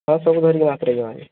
ହଁ ସବୁ ଧରିକି ହାତରେ ଯିମା ଯେ